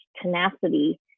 tenacity